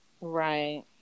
Right